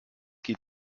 geht